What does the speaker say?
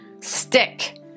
stick